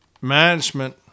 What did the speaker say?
management